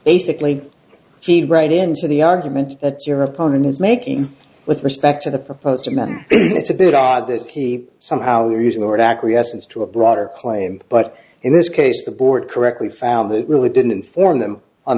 basically right into the argument that your opponent is making with respect to the proposed a man it's a bit odd that he somehow they're using the word acquiescence to a broader claim but in this case the board correctly found that it really didn't inform them on